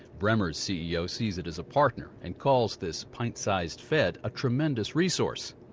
bremer's ceo sees it as a partner and calls this pint-sized fed a tremendous resource.